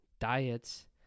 Diets